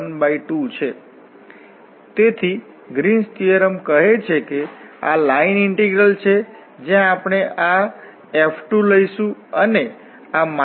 તેથી આપણે ગ્રીન્સ ના થીઓરમની ચકાસણી કરવા માગીએ છીએ જેનો અર્થ છે કે પહેલા આપણે એરિયા ઇન્ટિગ્રલ અથવા લાઇન ઇન્ટિગ્રલની ગણતરી કરીશું અને પછી બીજાની અને જોઈશું કે બંનેના મૂલ્યો સમાન છે